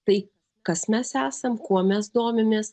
tai kas mes esam kuo mes domimės